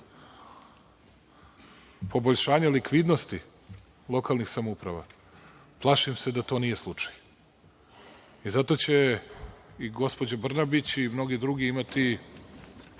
poboljšanje likvidnosti lokalnih samouprava, plašim se da to nije slučaj. Zato će gospođa Brnabić i mnogi drugi imati